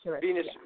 Venus